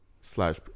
slash